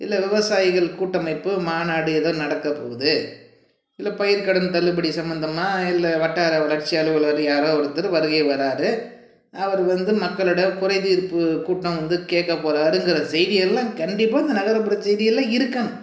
இல்லை விவசாயிகள் கூட்டமைப்பு மாநாடு ஏதோ நடக்கப்போகுது இல்லை பயிர் கடன் தள்ளுபடி சம்மந்தமாக இல்லை வட்டார வளர்ச்சி அலுவலர் யாரா ஒருத்தர் வருகை வரார் அவர் வந்து மக்களோடய குறை தீர்ப்பு கூட்டம் வந்து கேட்கப் போகிறாருங்கிற செய்தி எல்லாம் கண்டிப்பாக இந்த நகரப்புற செய்திகளில் இருக்கணும்